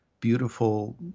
beautiful